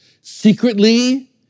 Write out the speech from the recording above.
Secretly